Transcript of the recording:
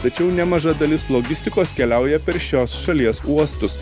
tačiau nemaža dalis logistikos keliauja per šios šalies uostus